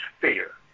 fear